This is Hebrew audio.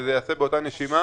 וייעשה באותה נשימה